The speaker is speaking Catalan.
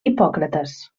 hipòcrates